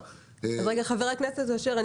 חבר הכנסת אשר,